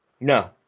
No